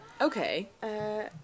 Okay